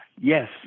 yes